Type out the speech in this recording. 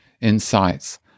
insights